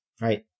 right